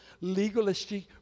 legalistic